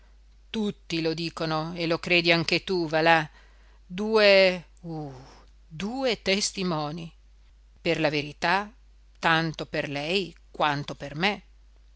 tutti lo dicono e lo credi anche tu va là due uh due testimoni per la verità tanto per lei quanto per me